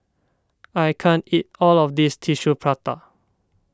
I can't eat all of this Tissue Prata